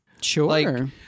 Sure